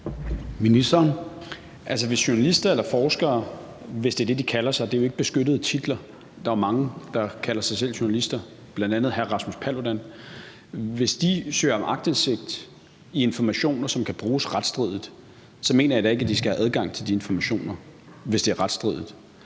hvis journalister eller forskere, hvis det er det, de kalder sig – det er jo ikke beskyttede titler, og der er jo mange, der kalder sig selv journalister, bl.a. hr. Rasmus Paludan – søger om aktindsigt i informationer, som kan bruges retsstridigt, så mener jeg da ikke, at de skal have adgang til de informationer. Derudover tror jeg,